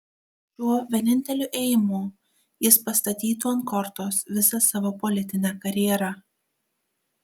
šiuo vieninteliu ėjimu jis pastatytų ant kortos visą savo politinę karjerą